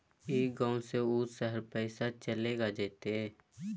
ई गांव से ऊ शहर पैसा चलेगा जयते?